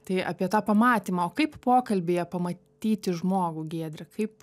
tai apie tą pamatymą o kaip pokalbyje pamatyti žmogų giedre kaip